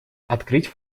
открыть